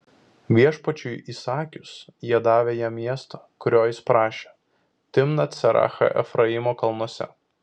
viešpačiui įsakius jie davė jam miestą kurio jis prašė timnat serachą efraimo kalnuose